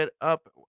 up